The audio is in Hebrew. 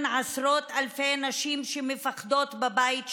עשרות אלפי נשים שמפחדות בבית שלהן,